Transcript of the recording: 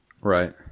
Right